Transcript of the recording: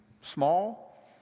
small